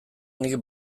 nik